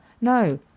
No